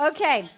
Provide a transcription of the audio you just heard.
Okay